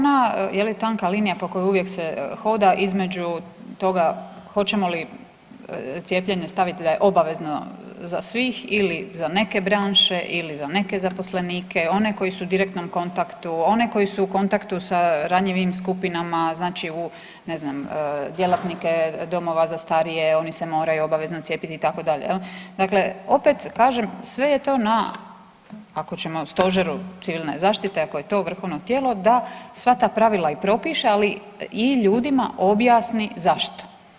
Pa to je ona tanka linija po kojoj uvijek se hoda, između toga hoćemo li cijepljenje staviti da je obavezno za svih ili za neke branše ili za neke zaposlenike, oni koji su u direktnom kontaktu, one koji su u kontaktu sa ranjivim skupinama znači u ne znam djelatnike domova za starije oni se moraju obavezno cijepiti itd. jel, dakle opet kažem sve je to na ako ćemo Stožeru civilne zaštite, ako je to vrhovno tijelo da sva ta pravila i propiše, ali i ljudima objasni zašto.